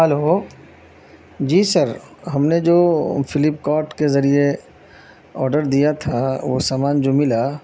hello جی sir ہم نے جو فلپ کارٹ کے ذریعے آڈر دیا تھا وہ سامان جو ملا